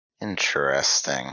Interesting